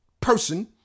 person